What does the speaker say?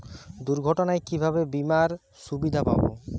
দুর্ঘটনায় কিভাবে বিমার সুবিধা পাব?